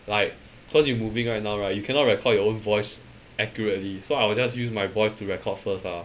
like cause you moving right now right you cannot record your own voice accurately so I will just use my voice to record first ah